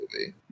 movie